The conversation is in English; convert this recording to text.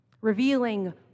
revealing